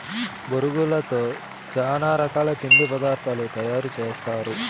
బొరుగులతో చానా రకాల తిండి పదార్థాలు తయారు సేస్తారు